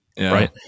Right